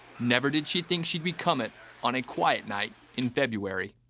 never did she think she'd become it on a quiet night in february.